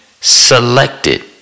selected